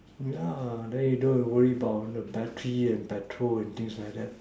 yeah then you don't need to worry about the batteries and petrols and things like that